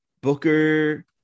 Booker